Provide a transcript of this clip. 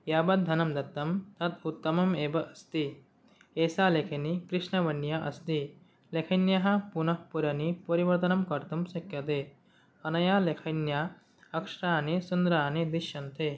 यावत् धनं दत्तं तद् उत्तमम् एव अस्ति एषा लेखनी कृष्णवर्णीया अस्ति लेखन्याः पुनःपूरणी परिवर्तनं कर्तुं शक्यते अनया लेखन्या अक्षराणि सुन्दराणि दृश्यन्ते